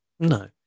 No